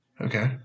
Okay